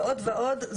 ועוד ועוד.